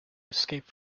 escape